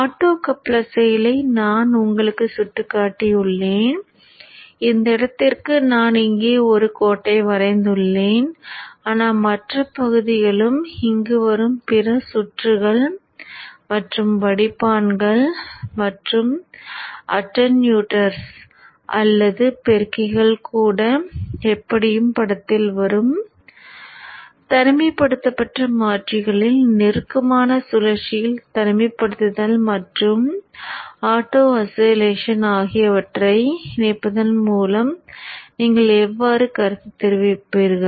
optocoupler செயலை நான் உங்களுக்குச் சுட்டிக்காட்டியுள்ளேன் இந்த இடத்திற்கு நான் இங்கே ஒரு கோட்டை வரைந்துள்ளேன் ஆனால் மற்ற பகுதிகளும் இங்கு வரும் பிற சுற்றுகள் மற்றும் ஆகியவற்றை இணைப்பதன் மூலம் நீங்கள் எவ்வாறு கருத்து தெரிவிப்பீர்கள்